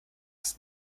das